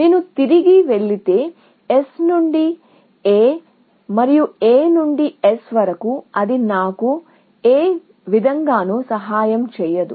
నేను S నుండి A మరియు A నుండి S వరకు తిరిగి వెళితే అది నాకు ఏ విధంగానూ సహాయం చేయదు